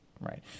right